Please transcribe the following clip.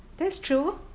that's true